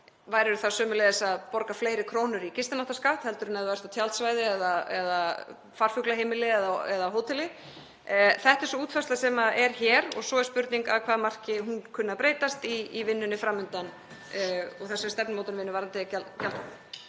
værirðu sömuleiðis að borga fleiri krónur í gistináttaskatt en ef þú værir á tjaldsvæði, farfuglaheimili eða hóteli. Þetta er sú útfærsla sem er hér og svo er spurning að hvaða marki hún kann að breytast í vinnunni fram undan og þessari stefnumótunarvinnu varðandi